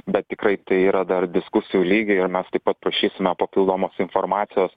bet tikrai tai yra dar diskusijų lygy ir mes taip pat prašysime papildomos informacijos